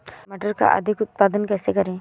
मटर का अधिक उत्पादन कैसे करें?